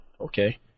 Okay